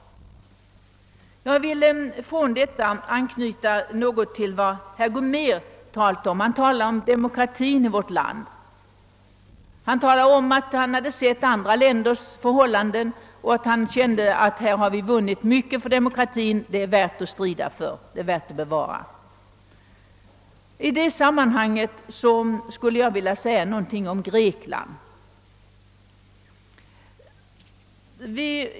Jag vill från detta anknyta något till vad herr Gomér talade om, nämligen demokratin. Han talade om att han hade sett andra länders förhållanden och att han kände att vi i vårt land hade vunnit mycket på demokratin. Den är någonting att verkligen strida för, den är värd att bevara! I detta sammanhang skulle jag vilja säga någonting om Grekland.